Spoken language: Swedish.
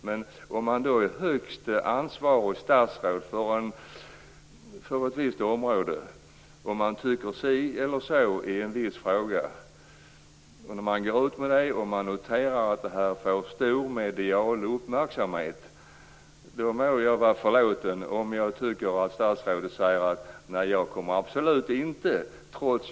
Men om man är ansvarigt statsråd för ett visst område och tycker si eller så i en viss fråga på det området och om man går ut med det och noterar att det får stor medial uppmärksamhet, då är vi kanske många som har för klen fattningsförmåga för att förstå varför man som statsråd inte också lägger fram förslag i den riktningen.